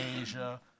Asia